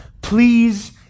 Please